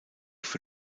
für